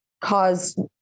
cause